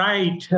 Right